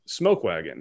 Smokewagon